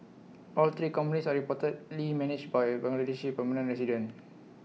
all three companies are reportedly managed by A Bangladeshi permanent resident